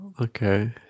okay